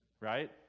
right